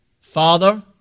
Father